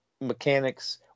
mechanics